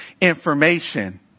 information